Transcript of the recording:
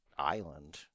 island